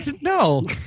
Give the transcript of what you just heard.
No